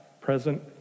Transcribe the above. present